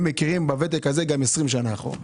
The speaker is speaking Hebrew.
הם מכירים בוותק הזה גם 20 שנים אחורה.